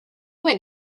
went